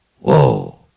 Whoa